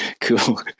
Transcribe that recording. Cool